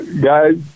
guys